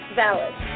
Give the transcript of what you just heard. valid